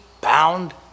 bound